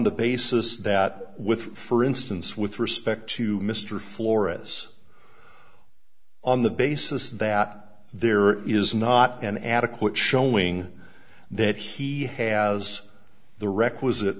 the basis that with for instance with respect to mr florus on the basis that there is not an adequate showing that he has the requisite